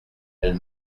elle